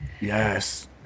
Yes